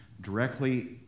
Directly